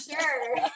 Sure